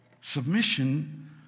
Submission